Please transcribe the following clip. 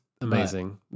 amazing